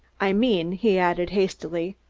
i mean, he added hastily,